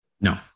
No